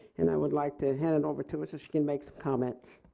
and i would like to hand it over to her so she can make some comments.